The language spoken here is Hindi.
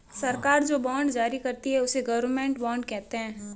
सरकार जो बॉन्ड जारी करती है, उसे गवर्नमेंट बॉन्ड कहते हैं